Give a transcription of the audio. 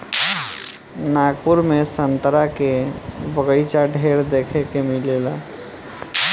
नागपुर में संतरा के बगाइचा ढेरे देखे के मिलेला